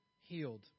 healed